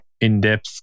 in-depth